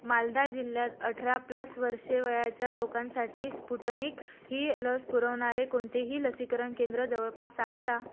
मालदा जिल्ह्यात अठरा प्लस वर्षे वयाच्या लोकांसाठी स्पुटनिक ही लस पुरवणारे कोनतेही लसीकरण केंद्र जवळपास आहे का